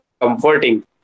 comforting